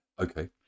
Okay